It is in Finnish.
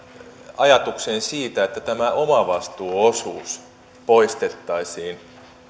ajatukseen siitä että tämä omavastuuosuus poistettaisiin